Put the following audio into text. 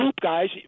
guys